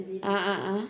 ah ah ah